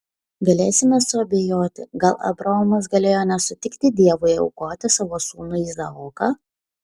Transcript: galėsime suabejoti gal abraomas galėjo nesutikti dievui aukoti savo sūnų izaoką